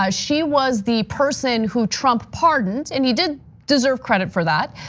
ah she was the person who trump pardoned and he did deserve credit for that.